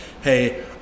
hey